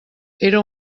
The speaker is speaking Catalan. era